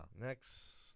Next